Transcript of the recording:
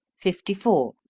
fifty four.